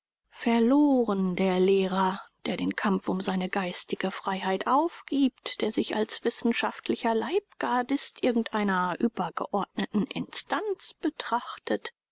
verloren der lehrer der den kampf um seine geistige freiheit aufgibt der sich als wissenschaftlicher leibgardist irgendeiner übergeordneten instanz betrachtet